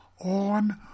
on